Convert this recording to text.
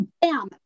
bam